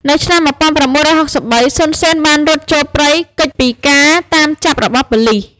នៅឆ្នាំ១៩៦៣ សុន សេន បានរត់ចូលព្រៃ គេចពីការតាមចាប់របស់ប៉ូលីស។